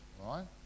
right